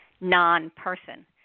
non-person